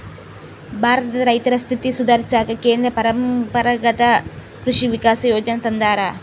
ಭಾರತದ ರೈತರ ಸ್ಥಿತಿ ಸುಧಾರಿಸಾಕ ಕೇಂದ್ರ ಪರಂಪರಾಗತ್ ಕೃಷಿ ವಿಕಾಸ ಯೋಜನೆ ತಂದಾರ